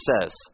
says